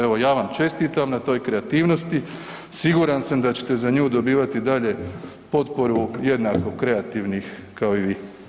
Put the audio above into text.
Evo ja vam čestitam na toj kreativnosti, siguran sam da ćete za nju dobivati dalje potporu jednako kreativnih kao i vi.